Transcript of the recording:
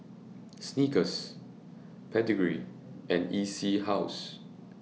Snickers Pedigree and E C House